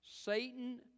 Satan